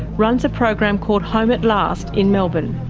runs a program called home at last in melbourne.